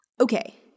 Okay